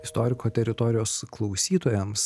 istoriko teritorijos klausytojams